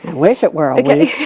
wish it were a yeah